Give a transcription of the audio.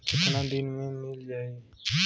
कितना दिन में मील जाई?